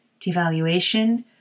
devaluation